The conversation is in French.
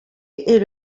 est